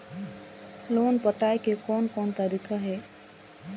Loan पटाए के कोन कोन तरीका हे?